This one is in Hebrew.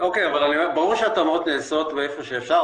ברור שהתאמות נעשות ואיפה שאפשר,